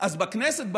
אז בכנסת,